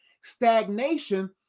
Stagnation